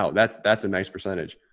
ah that's that's a nice percentage.